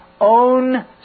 own